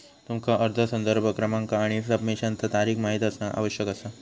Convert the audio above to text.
तुमका अर्ज संदर्भ क्रमांक आणि सबमिशनचा तारीख माहित असणा आवश्यक असा